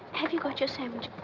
have you got your sandwich?